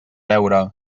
veure